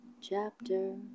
Chapter